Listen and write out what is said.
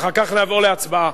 אחר כך נעבור להצבעה.